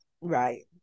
right